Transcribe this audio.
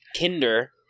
kinder